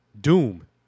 Doom